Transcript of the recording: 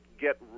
get